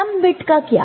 सम bit का क्या